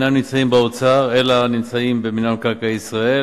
אינם נמצאים באוצר אלא נמצאים במינהל מקרקעי ישראל.